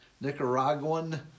Nicaraguan